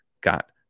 got